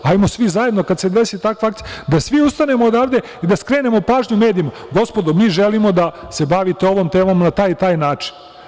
Hajmo svi zajedno, kad se desi takva akcija, da svi ustanemo odavde i da skrenemo pažnju medijima – gospodo, mi želimo da se bavite ovom temom na taj i taj način.